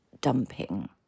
dumping